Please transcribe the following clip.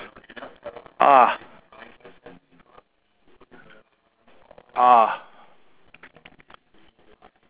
ah ah